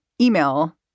email